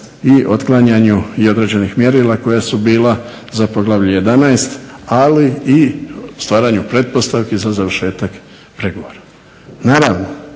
i otklanjanju i određenih mjerila koja su bila za Poglavlje 11., ali i stvaranju pretpostavki za završetak pregovora. Naravno